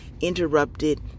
interrupted